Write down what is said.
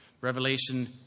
Revelation